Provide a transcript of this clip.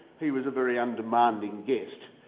he was a very undemanding guest.